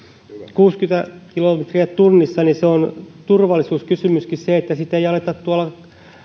kuusikymmentä kilometriä tunnissa se on turvallisuuskysymyskin että sitten ei aleta tuolla